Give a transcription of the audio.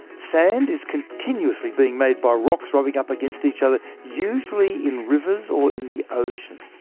sand is continuously being made by rocks rubbing up against each other, usually in rivers or in the ocean.